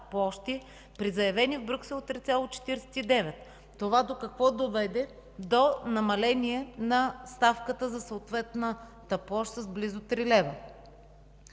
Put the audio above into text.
при заявени в Брюксел 3,49. Това до какво доведе? – до намаление на ставката за съответната площ с близо 3 лв.